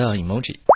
emoji